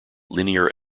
linear